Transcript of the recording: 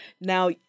Now